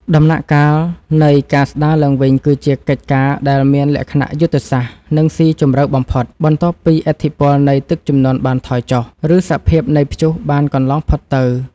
ដំណាក់កាលនៃ ការស្ដារឡើងវិញ គឺជាកិច្ចការដែលមានលក្ខណៈយុទ្ធសាស្ត្រ និងស៊ីជម្រៅបំផុត បន្ទាប់ពីឥទ្ធិពលនៃទឹកជំនន់បានថយចុះ ឬសភាពនៃព្យុះបានកន្លងផុតទៅ។